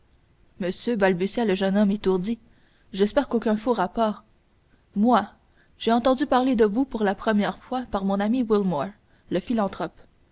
monsieur balbutia le jeune homme étourdi j'espère qu'aucun faux rapport moi j'ai entendu parler de vous pour la première fois par mon ami wilmore le philanthrope